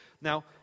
Now